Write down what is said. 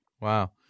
Wow